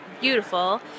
beautiful